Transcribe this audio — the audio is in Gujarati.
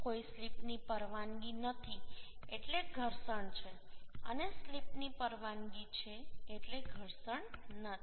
કોઈ સ્લિપની પરવાનગી નથી એટલે ઘર્ષણ છે અને સ્લિપની પરવાનગી છે એટલે ઘર્ષણ નથી